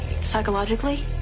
Psychologically